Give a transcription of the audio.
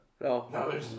No